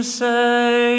say